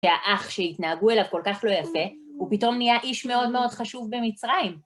שהאח שהתנהגו אליו כל כך לא יפה, הוא פתאום נהיה איש מאוד מאוד חשוב במצרים.